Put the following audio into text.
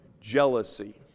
jealousy